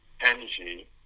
energy